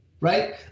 right